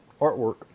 artwork